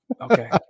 Okay